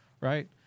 right